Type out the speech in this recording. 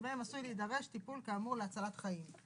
שבהן עשוי להידרש טיפול כאמור להצלת חיים.